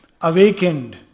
awakened